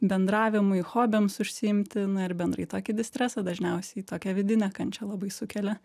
bendravimui hobiams užsiimti na ir bendrai tokį distresą dažniausiai tokią vidinę kančią labai sukelia